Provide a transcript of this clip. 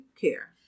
care